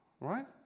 right